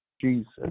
Jesus